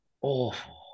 awful